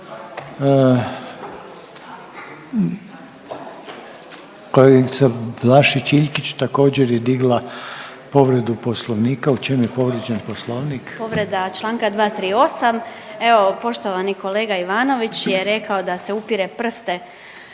Kolegica Vlašić Iljkić također je digla povredu poslovnika, u čem je povrijeđen poslovnik? **Vlašić Iljkić, Martina (SDP)** Povreda čl. 238., evo poštovani kolega Ivanović je rekao da se upire prste,